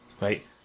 right